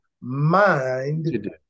mind